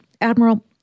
Admiral